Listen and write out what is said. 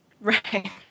Right